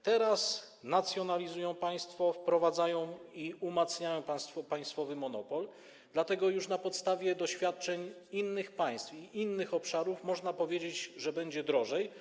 Teraz nacjonalizują państwo, wprowadzają i umacniają państwowy monopol, dlatego już na podstawie doświadczeń innych państw i innych obszarów można powiedzieć, że będzie drożej.